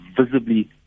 visibly